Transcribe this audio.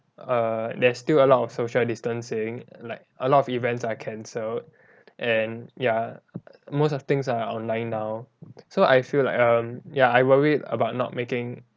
err there's still a lot of social distancing like a lot of events are canceled and ya most of things are online now so I feel like um ya I worried about not making